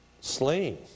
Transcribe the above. slain